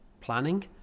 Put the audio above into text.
planning